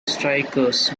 strikers